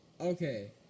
Okay